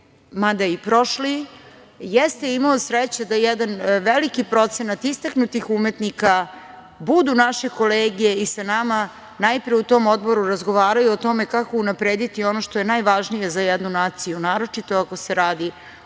mada i prošli, jeste imao sreće da jedan veliki procenat istaknutih umetnika budu naše kolege i sa nama najpre u tom odboru razgovaraju o tome kako unaprediti ono što je najvažnije za jednu naciju, naročito ako se radi